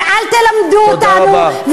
ואל תלמדו אותנו,